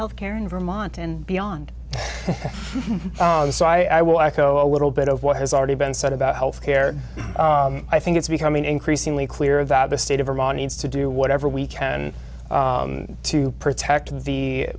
health care in vermont and beyond so i will echo a little bit of what has already been said about health care i think it's becoming increasingly clear that the state of vermont needs to do whatever we can to protect the